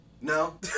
No